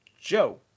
joe